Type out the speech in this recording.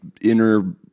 inner